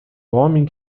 homem